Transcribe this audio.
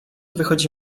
wychodzi